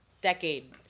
decade